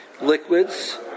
liquids